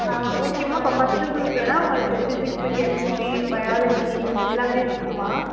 ஓகேம்மா அப்போ first group இல்லைனா உங்களுக்கு ஃபிசிக்ஸு கெமிஸ்ட்ரி பயாலஜி எல்லாமே இருக்கும்மா